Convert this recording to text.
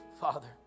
father